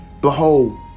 behold